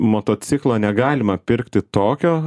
motociklo negalima pirkti tokio